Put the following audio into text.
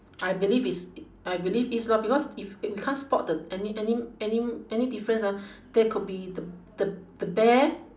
I believe is I believe is lor because if if we can't spot the any any any any difference ah there could be the the the bear